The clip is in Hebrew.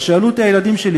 ושאלו אותי הילדים שלי,